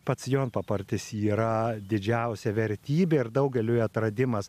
pats jonpapartis yra didžiausia vertybė ir daugeliui atradimas